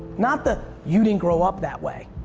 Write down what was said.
not the, you didn't grow up that way.